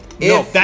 No